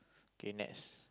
kay next